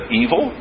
evil